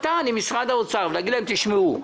למשא ומתן עם משרד האוצר ולהגיד להם: תשמעו,